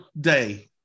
day